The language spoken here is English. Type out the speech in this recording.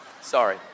Sorry